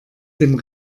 dem